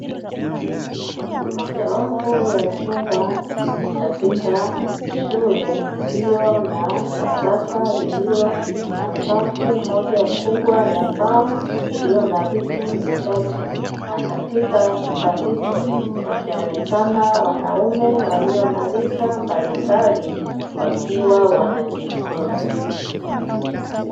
Mojawapo ya chumba katika shule iliyo na darasa lililo na safu moja kubwa ya mbao iliyo na vitu vichache, na katika chumba hicho kukionekana wanaume walio na rika mbalimbali wakiwa wanajifunza